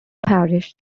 parish